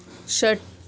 षट्